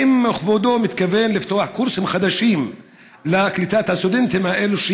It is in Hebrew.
האם כבודו מתכוון לפתוח קורסים חדשים לקליטת הסטודנטים האלה,